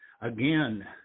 again